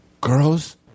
girls